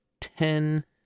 ten